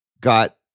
got